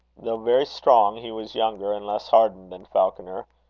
though very strong, he was younger and less hardened than falconer,